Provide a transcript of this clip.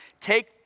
take